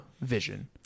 vision